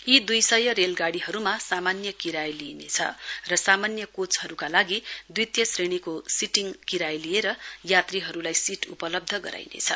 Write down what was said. यी दुई सय रेलगाडीहरूमा सामान्य किराय लिइनेछ र सामान्य कोचहरूका लागि द्वितीय श्रेणीको सिटिङ किराय लिएर यात्रीहरूलाई सीट उपलब्ध गराइनेछ